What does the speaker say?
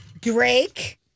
Drake